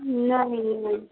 नहि नहि